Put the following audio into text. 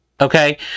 Okay